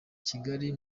kigali